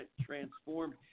transformed